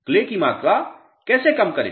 clay की मात्रा कैसे कम करें